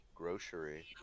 Grocery